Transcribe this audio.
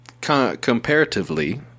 comparatively